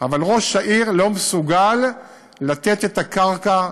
אבל ראש העיר לא מסוגל לתת את הקרקע,